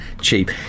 Cheap